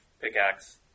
pickaxe